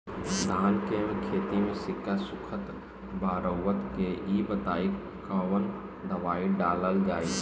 धान के खेती में सिक्का सुखत बा रउआ के ई बताईं कवन दवाइ डालल जाई?